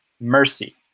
Mercy